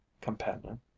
companion